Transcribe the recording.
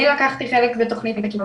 אני לקחתי חלק בתכנית הזאת,